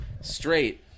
Straight